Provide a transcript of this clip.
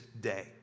day